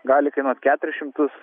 gali kainuot keturis šimtus